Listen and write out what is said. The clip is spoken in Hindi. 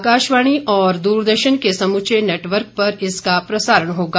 आकाशवाणी और द्ररदर्शन के समूचे नेटवर्क पर इसका प्रसारण होगा